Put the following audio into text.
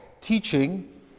teaching